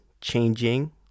changing